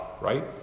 right